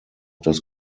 das